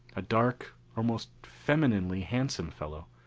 a dark, almost femininely handsome fellow,